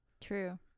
True